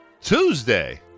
Tuesday